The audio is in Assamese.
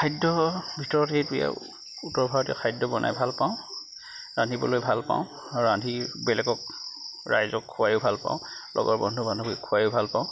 খাদ্যৰ ভিতৰত এইটোৱে আৰু উত্তৰ ভাৰতীয় খাদ্য বনাই ভাল পাওঁ ৰান্ধিবলৈ ভাল পাওঁ ৰান্ধি বেলেগক ৰাইজক খুৱায়ো ভাল পাওঁ লগৰ বন্ধু বান্ধৱীক খুৱায়ো ভাল পাওঁ